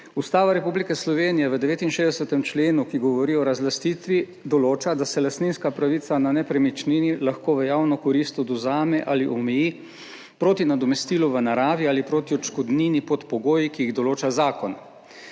Ustava Republike Slovenije v 69. členu, ki govori o razlastitvi določa, da se lastninska pravica na nepremičnini lahko v javno korist odvzame ali omeji proti nadomestilu v naravi ali proti odškodnini pod pogoji, ki jih določa zakon.